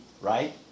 right